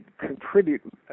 contribute